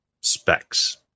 specs